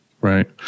Right